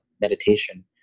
meditation